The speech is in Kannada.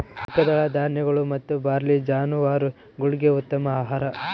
ಏಕದಳ ಧಾನ್ಯಗಳು ಮತ್ತು ಬಾರ್ಲಿ ಜಾನುವಾರುಗುಳ್ಗೆ ಉತ್ತಮ ಆಹಾರ